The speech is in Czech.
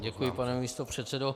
Děkuji, pane místopředsedo.